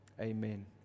amen